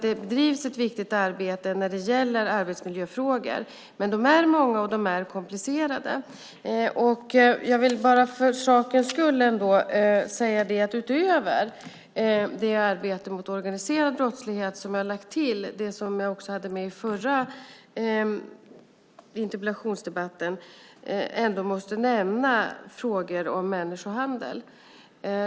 Det bedrivs ett viktigt arbete när det gäller arbetsmiljöfrågor, men arbetsmiljöfrågorna är många och komplicerade. Jag vill bara för sakens skull ändå säga att jag utöver det arbete mot organiserad brottslighet som vi har lagt till, det som jag också hade med i förra interpellationsdebatten, ändå måste nämna frågor om människohandel.